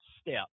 step